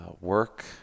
work